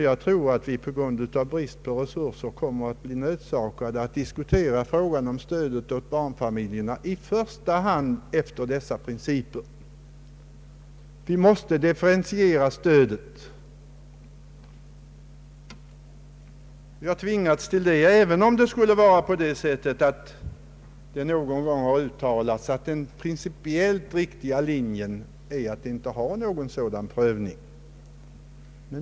Jag tror att vi på grund av brist på resurser kommer att bli nödsakade att diskutera frågan om ökat stöd åt barnfamiljerna efter dessa principer även i fortsättningen. Vi måste differentiera stödet, även om det någon gång har uttalats att den principiellt riktiga linjen är att inte ha någon behovsprövning.